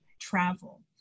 travel